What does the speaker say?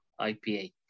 IPA